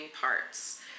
parts